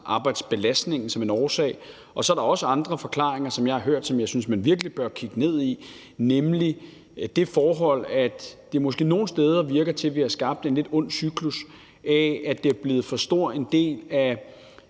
arbejdsbelastningen som en årsag. Og så er der også andre forklaringer, som jeg har hørt, og som jeg synes man virkelig bør kigge ned i, nemlig det forhold, at det måske nogle steder virker til, at vi har skabt en lidt ondt cyklus i form af, at det er blevet for stor en del af